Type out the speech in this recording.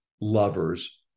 lovers